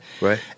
Right